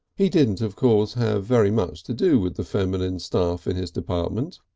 he didn't of course have very much to do with the feminine staff in his department,